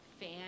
fan